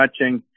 touching